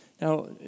Now